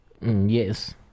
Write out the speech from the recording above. Yes